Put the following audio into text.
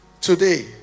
today